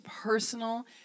personal